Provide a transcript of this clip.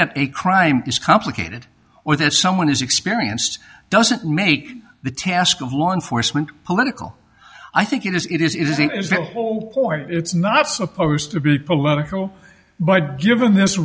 that a crime is complicated or that someone is experienced doesn't make the task of law enforcement political i think it is it is a point it's not supposed to be political but given this